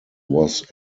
was